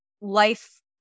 life